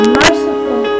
merciful